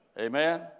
Amen